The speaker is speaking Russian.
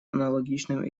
аналогичным